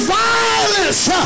violence